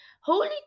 Holy